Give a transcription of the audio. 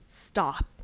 stop